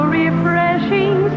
refreshing